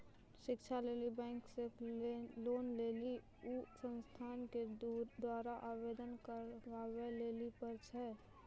शिक्षा लेली बैंक से लोन लेली उ संस्थान के द्वारा आवेदन करबाबै लेली पर छै?